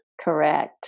Correct